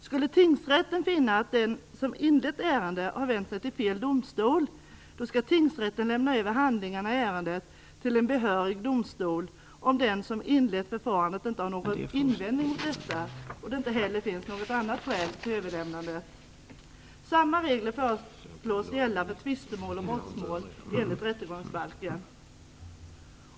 Skulle tingsrätten finna att den som inlett ärendet har vänt sig till fel domstol skall tingsrätten lämna över handlingarna i ärendet till behörig domstol, om den som inlett förfarandet inte har någon invändning mot detta och om det inte heller finns något annat skäl mot överlämnandet. Samma regler föreslås gälla för tvistemål och brottmål enligt rättegångsbalken.